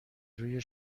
روی